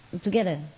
together